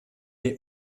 est